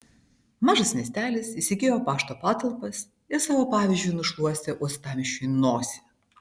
mažas miestelis įsigijo pašto patalpas ir savo pavyzdžiu nušluostė uostamiesčiui nosį